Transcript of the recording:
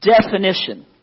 definition